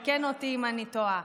תקן אותי אם אני טועה.